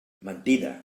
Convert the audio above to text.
mentida